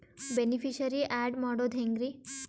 Beneficiary, add ಮಾಡೋದು ಹೆಂಗ್ರಿ?